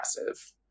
aggressive